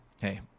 hey